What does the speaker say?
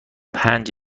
پنج